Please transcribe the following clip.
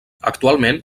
actualment